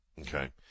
Okay